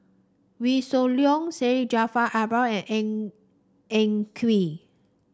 Wee Shoo Leong Syed Jaafar Albar and Ng Eng Kee